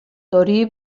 torí